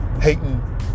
hating